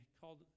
called